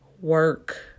work